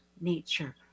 nature